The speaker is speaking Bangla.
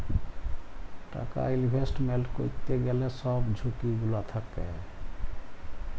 টাকা ইলভেস্টমেল্ট ক্যইরতে গ্যালে ছব ঝুঁকি গুলা থ্যাকে